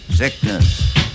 Sickness